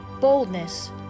boldness